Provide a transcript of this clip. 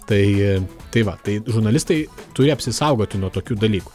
tai tai va tai žurnalistai turi apsisaugoti nuo tokių dalykų